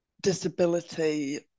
disability